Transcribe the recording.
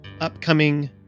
upcoming